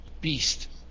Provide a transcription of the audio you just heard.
beast